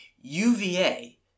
UVA